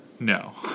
No